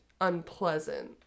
unpleasant